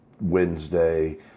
Wednesday